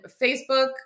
Facebook